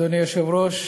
אדוני היושב-ראש,